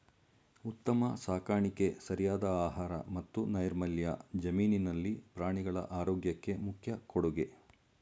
ಉತ್ತಮ ಸಾಕಾಣಿಕೆ ಸರಿಯಾದ ಆಹಾರ ಮತ್ತು ನೈರ್ಮಲ್ಯ ಜಮೀನಿನಲ್ಲಿ ಪ್ರಾಣಿಗಳ ಆರೋಗ್ಯಕ್ಕೆ ಮುಖ್ಯ ಕೊಡುಗೆ